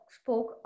spoke